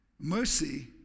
mercy